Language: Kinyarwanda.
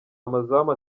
amazamu